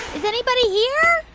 is anybody here? oh,